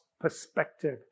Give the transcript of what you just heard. perspective